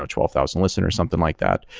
ah twelve thousand listeners, something like that,